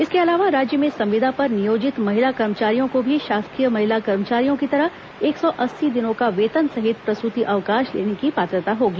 इसके अलावा राज्य में संविदा पर नियोजित महिला कर्मचारियों को भी शासकीय महिला कर्मचारियों की तरह एक सौ अस्सी दिनों का वेतन सहित प्रसूति अवकाश लेने की पात्रता होगी